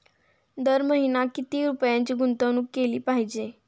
दर महिना किती रुपयांची गुंतवणूक केली पाहिजे?